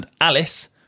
alice